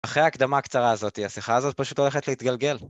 אחרי ההקדמה הקצרה הזאתי, השיחה הזאת פשוט הולכת להתגלגל.